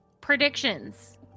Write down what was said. predictions